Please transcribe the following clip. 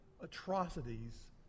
atrocities